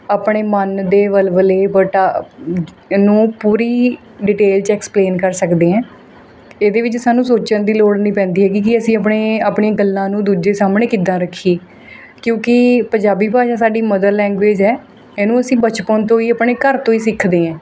ਆਪਣੇ ਮਨ ਦੇ ਵਲਵਲੇ ਵੱਟਾ ਨੂੰ ਪੂਰੀ ਡਿਟੇਲ 'ਚ ਐਕਸਪਲੇਨ ਕਰ ਸਕਦੇ ਐਂ ਇਹਦੇ ਵਿੱਚ ਸਾਨੂੰ ਸੋਚਣ ਦੀ ਲੋੜ ਨਹੀਂ ਪੈਂਦੀ ਹੈਗੀ ਕਿ ਅਸੀਂ ਆਪਣੇ ਆਪਣੀਆਂ ਗੱਲਾਂ ਨੂੰ ਦੂਜੇ ਸਾਹਮਣੇ ਕਿੱਦਾਂ ਰੱਖੀਏ ਕਿਉਂਕਿ ਪੰਜਾਬੀ ਭਾਸ਼ਾ ਸਾਡੀ ਮਦਰ ਲੈਂਗੁਏਜ ਹੈ ਇਹਨੂੰ ਅਸੀਂ ਬਚਪਨ ਤੋਂ ਹੀ ਆਪਣੇ ਘਰ ਤੋਂ ਹੀ ਸਿੱਖਦੇ ਐਂ